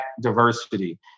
diversity